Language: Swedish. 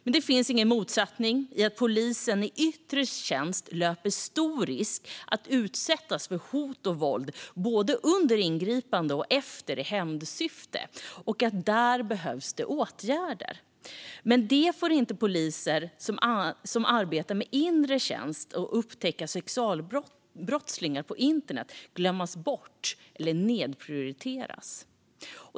Det finns ingen motsättning i att poliser i yttre tjänst löper stor risk att utsättas för hot och våld både under ingripanden och efter i hämndsyfte, och där behövs åtgärder. Men då får inte poliser som arbetar i inre tjänst med att upptäcka sexualbrottslingar på internet glömmas bort eller nedprioriteras.